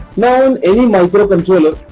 now in any microcontroller,